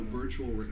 virtual